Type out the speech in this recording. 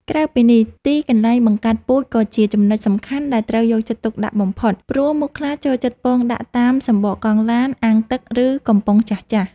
ក្រៅពីនេះ ទីកន្លែងបង្កាត់ពូជក៏ជាចំណុចសំខាន់ដែលត្រូវយកចិត្តទុកដាក់បំផុត ព្រោះមូសខ្លាចូលចិត្តពងដាក់តាមសំបកកង់ឡាន អាងទឹក ឬកំប៉ុងចាស់ៗ។